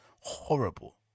horrible